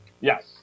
Yes